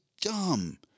dumb